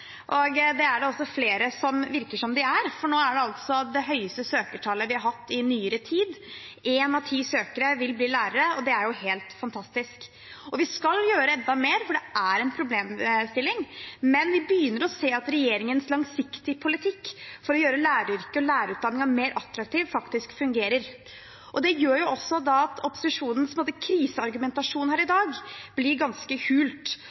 og det er det også flere som virker som de er, for nå har vi altså det høyeste søkertallet vi har hatt i nyere tid: Én av ti søkere vil bli lærere, og det er jo helt fantastisk. Og vi skal gjøre enda mer, for dette er en problemstilling, men vi begynner å se at regjeringens langsiktige politikk for å gjøre læreryrket og lærerutdanningen mer attraktiv faktisk fungerer. Det gjør også at opposisjonens – på en måte – kriseargumentasjon her i dag blir ganske